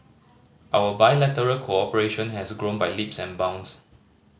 our bilateral cooperation has grown by leaps and bounds